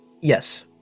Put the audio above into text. Yes